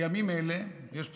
בימים אלה, יש בשורה,